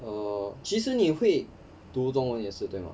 err 其实你会读中文也是对吗